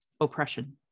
oppression